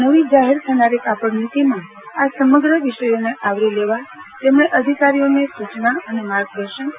નવી જાહેર થનારી કાપડ નીતિમાં આ સમગ્ર વિષયોને આવરી લેવા તેમણે અધિકારીઓને સૂચના અને માર્ગદર્શન આપ્યા હતા